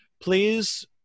Please